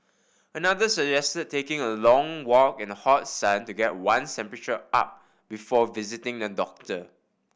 another suggested taking a long walk in the hot sun to get one's temperature up before visiting the doctor